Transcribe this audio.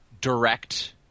direct